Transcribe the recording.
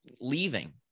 leaving